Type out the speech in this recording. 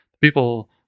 people